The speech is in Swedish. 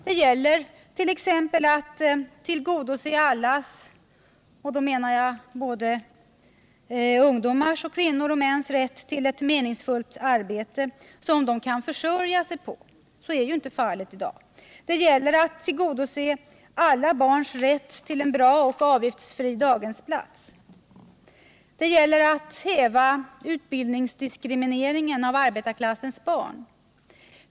Det gäller t.ex. att tillgodose allas — jag avser såväl ungdomars som kvinnors och mäns — rätt till ett meningsfullt arbete som de kan försörja sig på. Så är inte fallet i dag. Det gäller att tillgodose alla barns rätt till en bra och avgiftsfri daghemsplats. Det gäller att häva utbildningsdiskrimineringen av arbetarklassens barn.